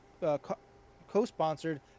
co-sponsored